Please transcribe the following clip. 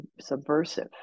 subversive